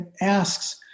asks